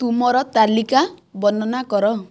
ତୁମର ତାଲିକା ବର୍ଣ୍ଣନା କର